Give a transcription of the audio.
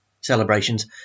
celebrations